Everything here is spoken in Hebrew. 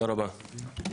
תודה רבה.